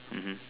mmhmm